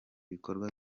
bikorwa